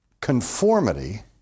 conformity